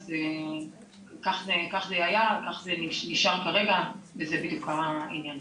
אז כך זה היה וכך זה נשאר כרגע וזה בדיוק העניין.